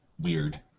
weird